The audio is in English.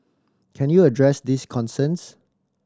can you address these concerns